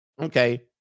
okay